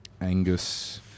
Angus